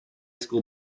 school